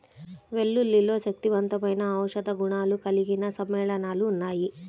వెల్లుల్లిలో శక్తివంతమైన ఔషధ గుణాలు కలిగిన సమ్మేళనాలు ఉన్నాయి